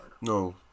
No